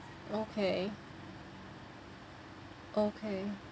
okay okay